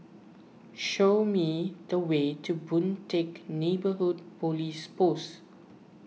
show me the way to Boon Teck Neighbourhood Police Post